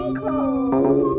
cold